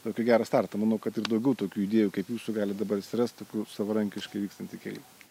tokį gerą startą manau kad ir daugiau tokių idėjų kaip jūsų gali dabar atsirasti tokių savarankiškai vykstant kely